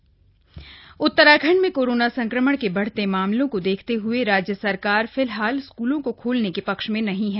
Uttarakhand school Uttarakhand में corona संक्रमण के बढ़ते मामलों को देखते हुए राज्य सरकार फिलहाल स्कूलों को खोलने के पक्ष में नहीं है